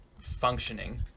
functioning